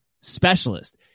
specialist